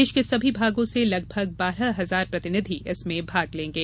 देश के सभी भागों से लगभग बारह हजार प्रतिनिधि इसमें भाग लेंगे